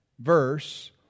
verse